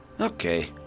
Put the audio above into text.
Okay